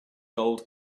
gold